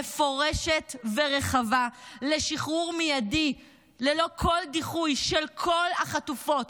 מפורשת ורחבה לשחרור מיידי ללא כל דיחוי של כל החטופות,